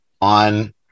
on